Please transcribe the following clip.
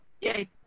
Yay